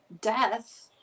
death